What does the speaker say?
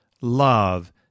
love